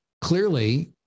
clearly